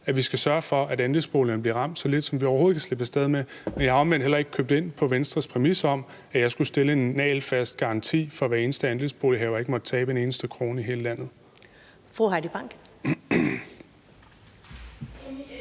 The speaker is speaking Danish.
Vi skal sørge for, at andelsboligerne bliver ramt så lidt, som vi overhovedet kan slippe af sted med. Men vi har omvendt heller ikke købt ind på Venstres præmis om, at jeg skulle stille en nagelfast garanti for, at ikke en eneste andelsbolighaver i hele landet måtte tabe en eneste krone. Kl.